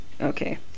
okay